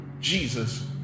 Jesus